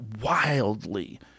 wildly